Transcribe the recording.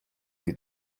дві